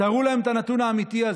תראו להם את הנתון האמיתי הזה,